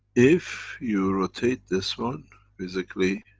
if you rotate this one, physically